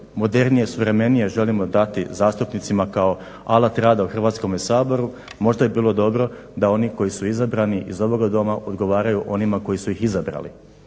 modernije, suvremenije želimo dati zastupnicima kao alat rada u Hrvatskom saboru možda bi bilo dobro da oni koji su bili izabrani iz ovoga Doma odgovaraju onima koji su ih izabrali.